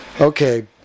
okay